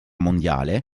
mondiale